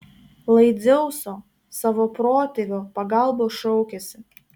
lai dzeuso savo protėvio pagalbos šaukiasi